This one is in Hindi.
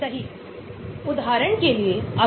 यह हर समय रैखिक नहीं होना चाहिए यह इस तरह भी हो सकता है